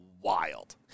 wild